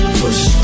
push